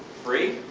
free?